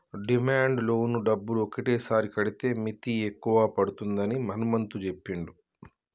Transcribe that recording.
demand loan డబ్బులు ఒకటేసారి కడితే మిత్తి ఎక్కువ పడుతుందని హనుమంతు చెప్పిండు